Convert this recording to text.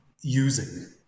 using